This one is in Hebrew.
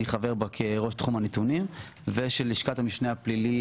חבר בה כראש תחום הנתונים ושל לשכת המשנה הפלילי,